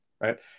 right